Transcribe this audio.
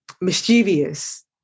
mischievous